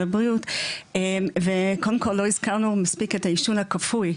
הבריאות וקודם כל לא הזכרנו מספיק את העישון הכפוי,